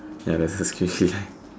okay let's just skip this line